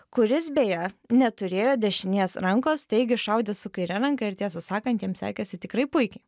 kuris beje neturėjo dešinės rankos taigi šaudė su kaire ranka ir tiesą sakant jam sekėsi tikrai puikiai